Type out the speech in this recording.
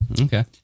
Okay